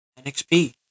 nxp